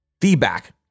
feedback